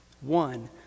One